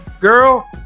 girl